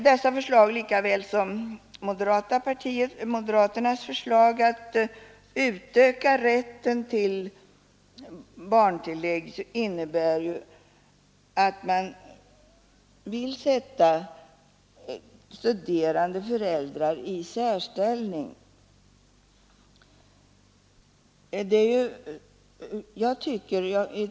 Dessa förslag liksom moderaternas förslag att utöka rätten till barntillägg innebär ju att man vill sätta studerande föräldrar i särställning.